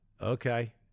Okay